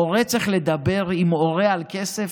מורה צריך לדבר עם הורה על כסף?